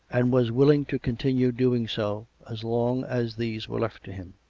and was willing to continue doing so as long as these were left to him.